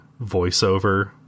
voiceover